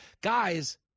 Guys